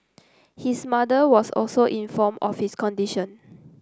his mother was also informed of his condition